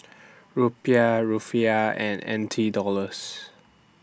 Rupiah Rufiyaa and N T Dollars